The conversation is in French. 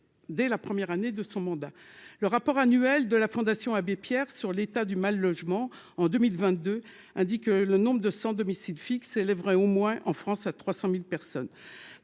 dès la première année de son mandat, le rapport annuel de la Fondation Abbé Pierre sur l'état du mal logement en 2022 indique que le nombre de sans-domicile-fixe élèverait au moins en France à 300000 personnes